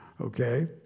Okay